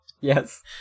Yes